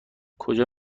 کجا